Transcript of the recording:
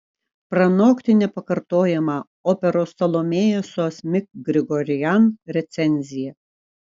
pranokti nepakartojamą operos salomėja su asmik grigorian recenzija